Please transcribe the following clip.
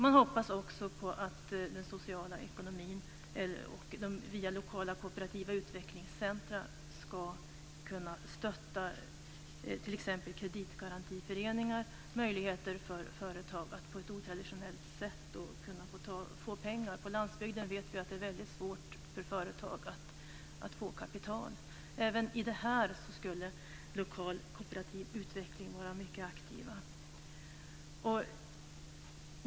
Man hoppas även att den sociala ekonomin via lokala kooperativa utvecklingscentrum ska kunna stötta t.ex. kreditgarantiföreningar och när det gäller företags möjligheter att på ett otraditionellt sätt få pengar. Vi vet ju att det på landsbygden är väldigt svårt för företag att få kapital. Även i detta avseende skulle lokal kooperativ utveckling vara mycket aktiv.